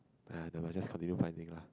ah nevermind just continue finding lah